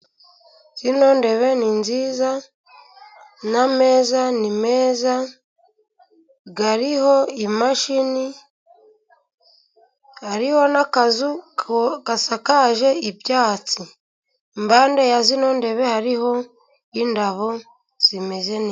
Izintebe ni nziza, nameza ni meza, ariho imashini harihoho n'akazu asakaje ibyatsi, impande y'izintebe hariho, indabo zimeze neza.